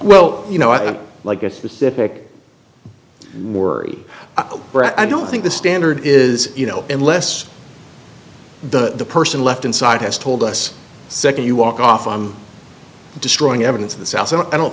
well you know i think like a specific worry i don't think the standard is you know unless the person left inside has told us nd you walk off on destroying evidence in the south so i don't